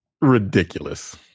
ridiculous